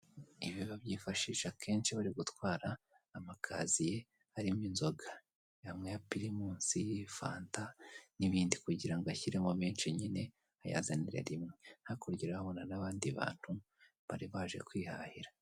Ibi babyifashisha kenshi bari gutwara amakaziye arimo inzoga. Amwe ya pirimusi, fanta, n'ibindi. kugira ngo ashyiremo menshi nyine ayazanire rimwe. Hakurya urahabona n'abandi bantu bari baje kwihahira.